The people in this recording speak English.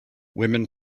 women